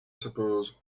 suppose